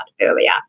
earlier